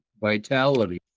vitality